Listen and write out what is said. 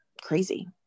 crazy